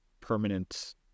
permanent